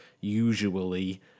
usually